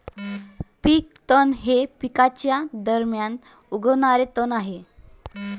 पीक तण हे पिकांच्या दरम्यान उगवणारे तण आहे